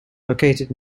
located